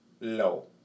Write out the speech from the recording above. low